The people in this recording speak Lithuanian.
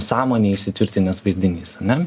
sąmonėj įsitvirtinęs vaizdinys ane